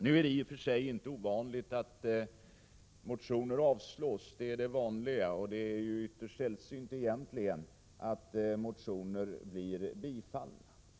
Nu är det i och för sig inte ovanligt att motioner avslås; det är det vanliga. Det är egentligen ytterst sällsynt att motioner blir bifallna.